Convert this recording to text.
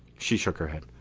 she shook her head.